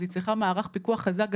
אז היא צריכה מערך פיקוח חזק,